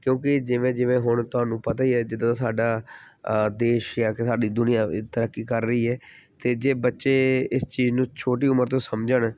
ਕਿਉਂਕਿ ਜਿਵੇਂ ਜਿਵੇਂ ਹੁਣ ਤੁਹਾਨੂੰ ਪਤਾ ਹੀ ਹੈ ਜਿੱਦਾਂ ਸਾਡਾ ਦੇਸ਼ ਜਾ ਕੇ ਸਾਡੀ ਦੁਨੀਆਂ ਤਰੱਕੀ ਕਰ ਰਹੀ ਹੈ ਅਤੇ ਜੇ ਬੱਚੇ ਇਸ ਚੀਜ਼ ਨੂੰ ਛੋਟੀ ਉਮਰ ਤੋਂ ਸਮਝਣ